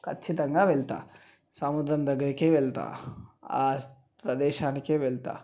ఖచ్చితంగా వెళ్తా సముద్రం దగ్గరకే వెళ్తా ఆ ప్రదేశానికి వెళ్తా